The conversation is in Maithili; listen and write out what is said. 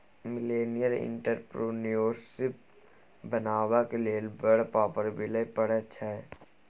मिलेनियल एंटरप्रेन्योरशिप बनबाक लेल बड़ पापड़ बेलय पड़ैत छै